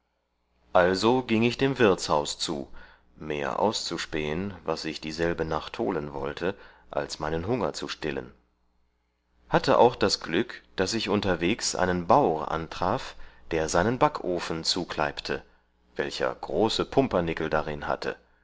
also gieng ich dem wirtshaus zu mehr auszuspähen was ich dieselbe nacht holen wollte als meinen hunger zu stillen hatte auch das glück daß ich unterwegs einen baur antraf der seinen backofen zukleibte welcher große pumpernickel darin hatte